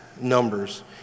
numbers